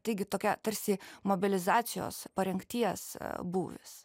taigi tokia tarsi mobilizacijos parengties būvis